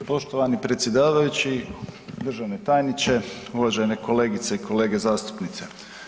Poštovani predsjedavajući, državni tajniče, uvažene kolegice i kolege zastupnice.